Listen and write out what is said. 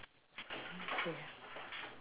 okay